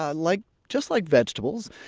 ah like just like vegetables,